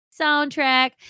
soundtrack